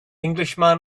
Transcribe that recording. englishman